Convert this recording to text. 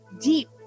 deep